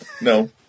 No